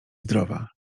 zdrowa